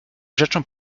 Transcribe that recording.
rzeczą